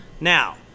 Now